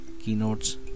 keynotes